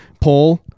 Paul